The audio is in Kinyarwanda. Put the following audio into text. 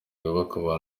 kubakwa